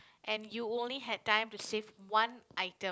and you only had time to save one item